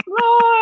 Lord